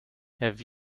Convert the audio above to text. have